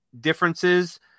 differences